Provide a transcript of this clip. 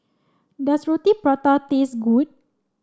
does Roti Prata taste good